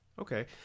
Okay